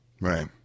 Right